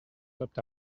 flipped